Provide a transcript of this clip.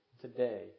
today